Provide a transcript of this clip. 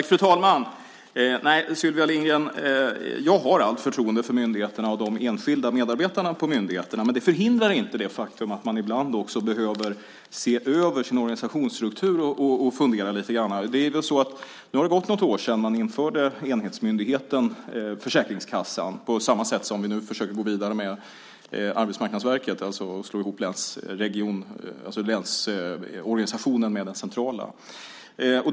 Fru talman! Nej, Sylvia Lindgren, jag har allt förtroende för myndigheterna och de enskilda medarbetarna på myndigheterna. Men det förhindrar inte det faktum att man ibland också behöver se över sin organisationsstruktur och fundera lite grann. Nu har det gått något år sedan man införde enhetsmyndigheten Försäkringskassan på samma sätt som vi nu försöker gå vidare med Arbetsmarknadsverket, alltså slå ihop länsorganisationen med den centrala organisationen.